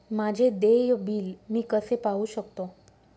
माझे देय बिल मी कसे पाहू शकतो?